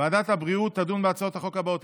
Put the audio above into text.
ועדת הבריאות תדון בהצעות החוק הבאות: